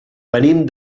venim